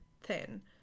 thin